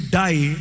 die